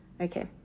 Okay